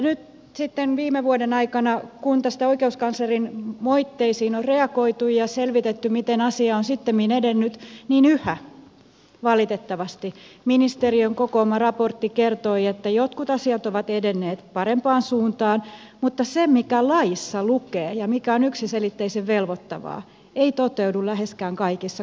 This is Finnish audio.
nyt kun sitten viime vuoden aikana oikeuskanslerin moitteisiin on reagoitu ja selvitetty miten asia on sittemmin edennyt niin yhä valitettavasti ministeriön kokoama raportti kertoi että jotkut asiat ovat edenneet parempaan suuntaan mutta se mikä laissa lukee ja mikä on yksiselitteisen velvoittavaa ei toteudu läheskään kaikissa kouluissa